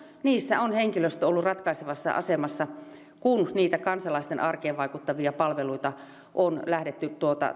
niissä on henkilöstö ollut ratkaisevassa asemassa kun niitä kansalaisten arkeen vaikuttavia palveluita on lähdetty